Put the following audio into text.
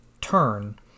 turn